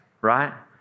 Right